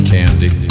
Candy